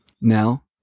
Now